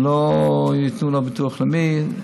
שלא ייתנו לו ביטוח לאומי.